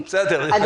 את